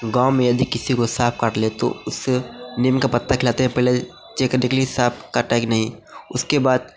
गाँव में यदि किसी को साँप काट लिया तो उसे नीम का पत्ता खिलाते है पहले चेक करने के लिए साँप काटा है कि नहीं उसके बाद